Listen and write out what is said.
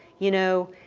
you know,